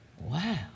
Wow